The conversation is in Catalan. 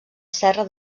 serra